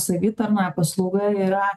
savitarnoje paslauga yra